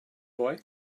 boy